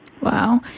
Wow